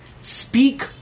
Speak